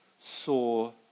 saw